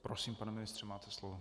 Prosím, pane ministře, máte slovo.